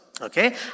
Okay